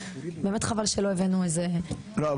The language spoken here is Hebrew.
באמת חבל שלא הבאנו איזה --- לא,